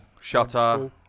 Shutter